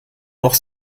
noch